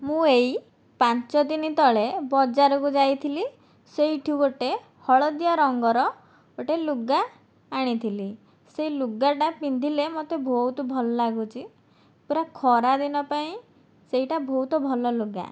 ମୁଁ ଏଇ ପାଞ୍ଚ ଦିନ ତଳେ ବଜାରକୁ ଯାଇଥିଲି ସେଇଠୁ ଗୋଟେ ହଳଦିଆ ରଙ୍ଗର ଗୋଟେ ଲୁଗା ଆଣିଥିଲି ସେଇ ଲୁଗାଟା ପିନ୍ଧିଲେ ମୋତେ ବହୁତ ଭଲ ଲାଗୁଛି ପୂରା ଖରା ଦିନ ପାଇଁ ସେଇଟା ବହୁତ ଭଲ ଲୁଗା